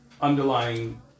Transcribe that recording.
underlying